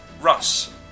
Russ